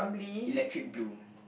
electric blue